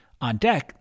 OnDeck